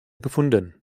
gefunden